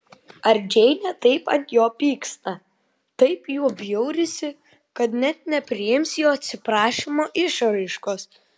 ar džeinė taip ant jo pyksta taip juo bjaurisi kad net nepriims jo atsiprašymo išraiškos